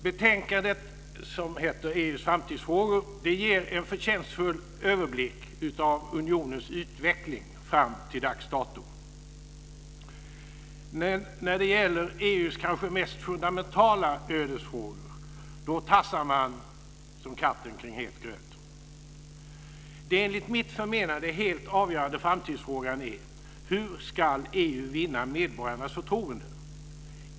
Betänkandet EU:s framtidsfrågor ger en förtjänstfull överblick av unionens utveckling fram till dags dato. Men när det gäller EU:s kanske mest fundamentala ödesfrågor tassar man som katten kring het gröt. Den enligt mitt förmenande helt avgörande framtidsfrågan är: Hur ska EU vinna medborgarnas förtroende?